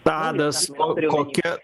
tadas o kokia